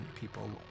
people